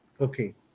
Okay